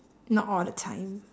not all the time